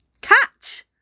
catch